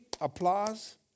applause